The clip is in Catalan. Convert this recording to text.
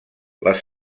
les